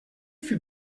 fut